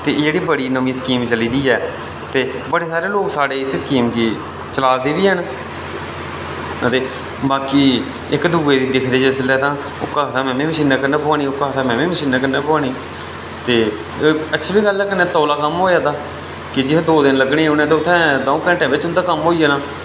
ते जेह्ड़ी बड़ी नमीं स्कीम चली दी ऐ बड़े सारे लोग इस स्कीम गी चला दे बी हैन ते बाकी इक दुए गी दिखदे जिसलै तां ओह्का आखदे में बी मशीनैं कन्नै बोहानी में बी मशीनैं कन्नै बोहानी ते ओह् अच्छी बी गल्ल ऐ कन्नै तौले कम्म होआ दा के जित्थें दो घैंटे लग्गने हे उत्थें दऊं घैंटे बिच्च कम्म होई जा दा